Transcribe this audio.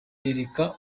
yereka